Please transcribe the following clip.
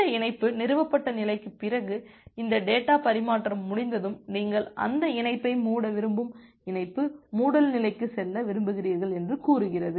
இந்த இணைப்பு நிறுவப்பட்ட நிலைக்குப் பிறகு இந்த டேட்டா பரிமாற்றம் முடிந்ததும் நீங்கள் அந்த இணைப்பை மூட விரும்பும் இணைப்பு மூடல் நிலைக்கு செல்ல விரும்புகிறீர்கள் என்று கூறுங்கள்